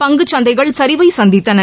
பங்குச்சந்தைகள் சரிவை சந்தித்தன